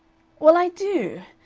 well, i do.